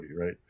right